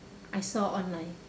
I saw online